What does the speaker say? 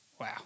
Wow